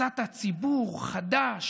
מצאת ציבור חדש,